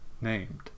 named